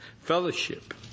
fellowship